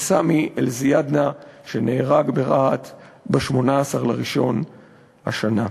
וסאמי א-זיאדנה, שנהרג ברהט ב-18 בינואר השנה.